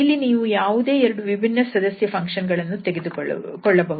ಇಲ್ಲಿ ನೀವು ಯಾವುದೇ 2 ವಿಭಿನ್ನ ಸದಸ್ಯ ಫಂಕ್ಷನ್ ಗಳನ್ನು ತೆಗೆದುಕೊಳ್ಳಬಹುದು